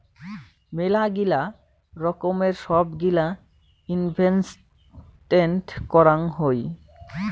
মেলাগিলা রকমের সব গিলা ইনভেস্টেন্ট করাং হই